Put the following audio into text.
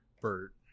Bert